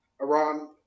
Iran